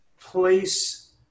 place